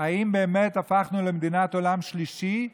אם באמת הפכנו למדינת עולם שלישי,